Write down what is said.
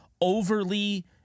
overly